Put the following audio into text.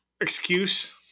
excuse